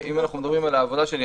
אם אנחנו מדברים על העבודה שלי,